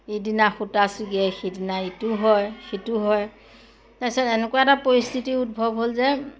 ইদিনা সূতা ছিগে সিদিনা ইটো হয় সিটো হয় তাৰপিছত এনেকুৱা এটা পৰিস্থিতিৰ উদ্ভৱ হ'ল যে